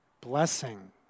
blessing